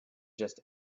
just